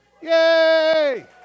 Yay